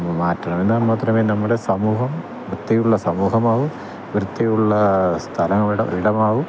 മാറ്റണമെന്നാൽ മാത്രമേ നമ്മുടെ സമൂഹം വൃത്തിയുള്ള സമൂഹമാവു വൃത്തിയുള്ള സ്ഥല ഇടമാവു